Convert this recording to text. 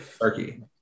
Turkey